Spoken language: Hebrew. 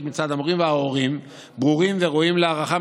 מצד המורים וההורים ברורים וראויים להערכה,